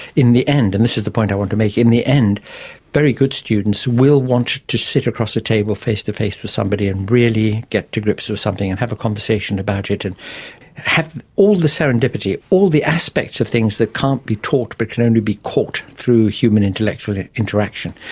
in the end, and this is the point i want to make, in the end very good students will want to sit across a table face-to-face with somebody and really get to grips with something and have a conversation about it and have all the serendipity, all the aspects of things that can't be taught but can only be caught through human intellectual interaction.